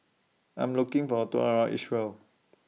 I'm looking For A Tour around Israel